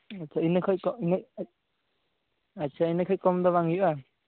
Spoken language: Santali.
ᱟᱪᱪᱷᱟ ᱤᱱᱟᱹ ᱠᱷᱚᱱ ᱤᱱᱟᱹ ᱟᱪᱪᱷᱟ ᱤᱱᱟᱹ ᱠᱷᱚᱱ ᱠᱚᱢ ᱫᱚ ᱵᱟᱝ ᱦᱩᱭᱩᱜᱼᱟ